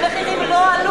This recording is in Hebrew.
שהמחירים לא עלו,